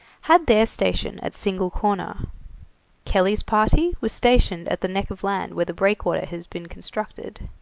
had their station at single corner kelly's party was stationed at the neck of land where the breakwater has been constructed.